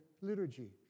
liturgy